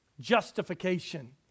justification